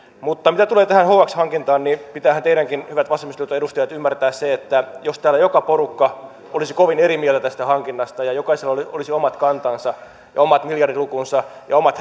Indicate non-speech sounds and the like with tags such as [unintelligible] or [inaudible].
mutta mitä tulee tähän hx hankintaan niin pitäähän teidänkin hyvät vasemmistoliiton edustajat ymmärtää se että jos täällä joka porukka olisi kovin eri mieltä tästä hankinnasta ja jokaisella olisi omat kantansa ja omat miljardilukunsa ja omat [unintelligible]